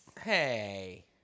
Hey